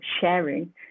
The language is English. sharing